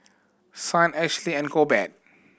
Signe Ashley and Corbett